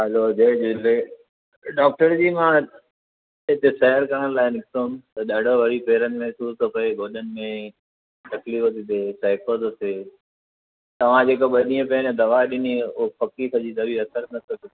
hello जय झूले doctor ji मां हिते सैरु करण लाइ निकितो हुअमि त ॾाढो वरी पेरनि में सूर थो पए गोॾनि में तकलीफ़ थी थिए सहिको थो थिए तव्हां जेका ॿ ॾींहं पहिरियों दवा ॾिनी उहा फकी सॼी त बि असर नथो थिए